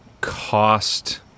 cost